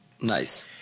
Nice